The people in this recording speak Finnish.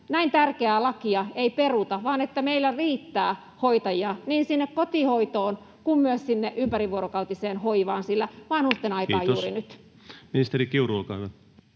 näin tärkeää lakia ei peruta vaan että meillä riittää hoitajia niin kotihoitoon kuin myös ympärivuorokautiseen hoivaan, sillä vanhusten aika on juuri nyt? Mikrofoni päälle. Kiitos. — Ministeri Kiuru, olkaa hyvä.